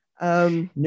No